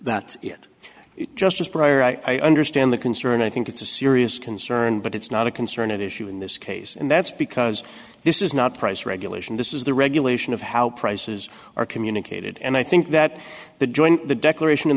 that it is justice breyer i understand the concern i think it's a serious concern but it's not a concern at issue in this case and that's because this is not price regulation this is the regulation of how prices are communicated and i think that the joint the declaration in